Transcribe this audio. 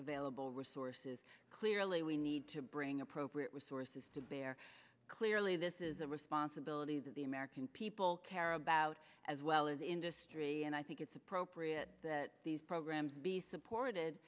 available resources clearly we need to bring appropriate resources to bear clearly this is a responsibility that the american people care about as well as industry and i think it's appropriate that these programs be supported